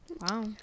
wow